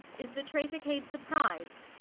is the traitor cade surpris'd?